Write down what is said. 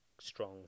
strong